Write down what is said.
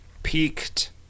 Peaked